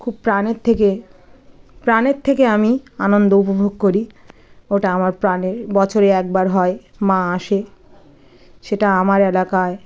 খুব প্রাণের থেকে প্রাণের থেকে আমি আনন্দ উপভোগ করি ওটা আমার প্রাণের বছরে একবার হয় মা আসে সেটা আমার এলাকায়